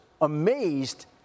amazed